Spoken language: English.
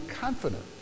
confident